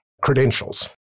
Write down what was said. credentials